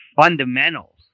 fundamentals